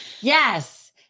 Yes